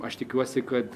aš tikiuosi kad